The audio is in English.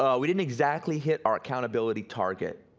ah we didn't exactly hit our accountability target.